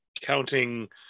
counting